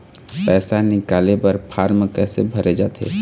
पैसा निकाले बर फार्म कैसे भरे जाथे?